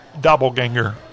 doppelganger